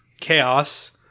Chaos